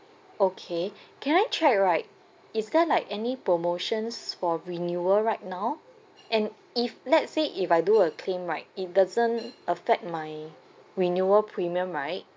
okay can I check right is there like any promotions for renewal right now and if let's say if I do a claim right it doesn't affect my renewal premium right